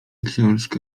książkę